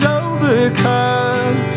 overcome